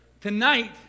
tonight